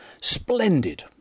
Splendid